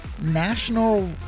National